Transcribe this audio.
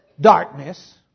darkness